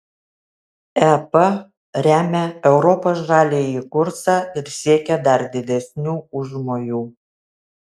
ep remia europos žaliąjį kursą ir siekia dar didesnių užmojų